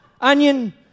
onion